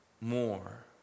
more